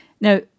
Now